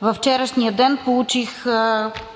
Във вчерашния ден получих